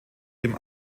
dem